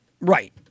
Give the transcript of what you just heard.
Right